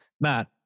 Matt